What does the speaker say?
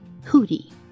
hootie